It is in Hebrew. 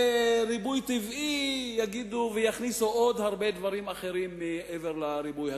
ויגידו ריבוי טבעי ויכניסו עוד הרבה דברים אחרים מעבר לריבוי הטבעי.